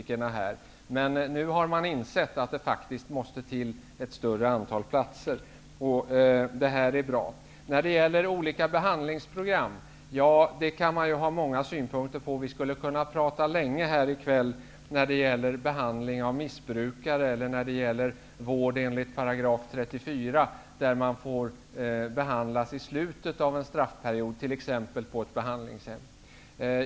Men nu har Kriminalvårdsstyrelsen insett att det måste till ett större antal platser. Vidare har vi frågan om olika behandlingsprogram. Det går att ha många olika synpunkter på den frågan. Vi skulle kunna prata länge om frågan om behandling av missbrukare eller vård enligt 34 §. Enligt den paragrafen kan man få behandling i slutet av en straffperiod, t.ex. på ett behandlingshem.